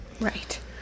Right